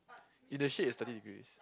in the shade is thirty degrees